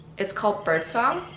it's called bird song